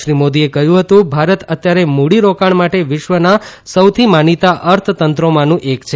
શ્રી મોદીએ કહ્યું હતું ભારત અત્યારે મૂડીરોકાણ માટે વિશ્વના સૌથી માનીતાં અર્થતંત્રોમાનું એક છે